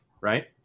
right